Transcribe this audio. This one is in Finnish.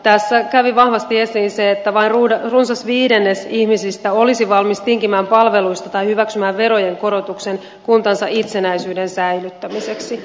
tässä kävi vahvasti esiin se että vain runsas viidennes ihmisistä olisi valmis tinkimään palveluista tai hyväksymään verojen korotuksen kuntansa itsenäisyyden säilyttämiseksi